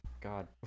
God